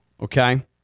okay